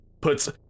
puts